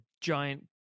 giant